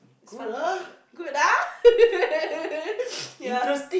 it's fun to be good ah ya